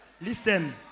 listen